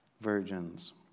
virgins